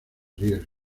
riesgo